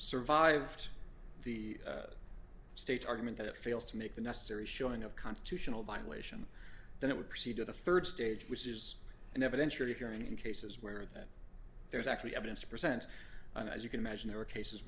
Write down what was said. survived the state argument that it fails to make the necessary showing of constitutional violation then it would proceed to the third stage which is an evidentiary hearing in cases where that there's actually evidence present and as you can imagine there are cases